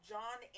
John